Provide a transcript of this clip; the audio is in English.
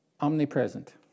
omnipresent